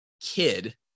kid